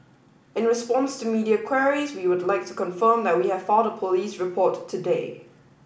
in response to media queries we would like to confirm that we have filed a police report today